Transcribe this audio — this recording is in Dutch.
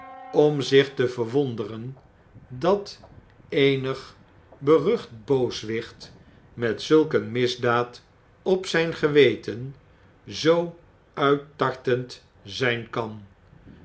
om zich te verwonderen dat eenig berucht booswicht met zulk een misdaad op zijn geweten zoo uittartend ztjnkan